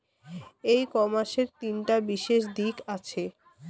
ই কমার্সের তিনটা বিশেষ দিক আছে